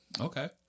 Okay